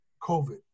COVID